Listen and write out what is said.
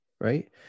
right